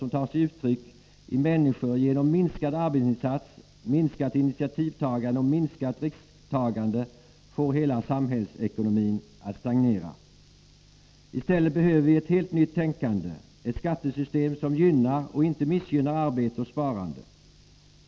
Den tar sig uttryck i att människorna minskar sin arbetsinsats, sitt initiativtagande och risktagande, och det får hela samhällsekonomin att stagnera. I stället behöver vi ett helt nytt tänkande, ett skattesystem som gynnar och inte missgynnar arbete och sparande.